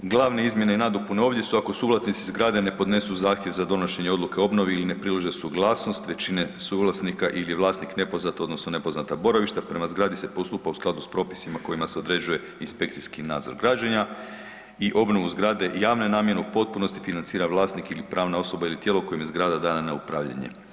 Glavne izmjene i nadopune ovdje su ako suvlasnici zgrade ne podnesu zahtjev za donošenje odluke o obnovi ili ne prilože suglasnost većine suvlasnika ili je vlasnik nepoznat odnosno nepoznato boravište, prema zgradu se postupa u skladu s propisima kojima se određuje inspekcijski nadzor građenja i obnovu zgrade javne namjene u potpunosti financira vlasnik ili pravna osoba ili tijelo kojem je zgrada dana na upravljanje.